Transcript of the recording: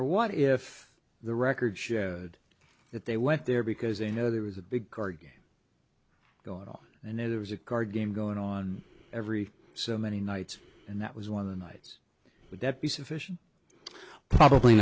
for what if the records show that they went there because they know there was a big cargo go on and there was a card game going on every so many nights and that was one of the nights would that be sufficient probably